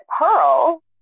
Pearl